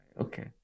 Okay